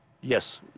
yes